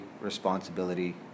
responsibility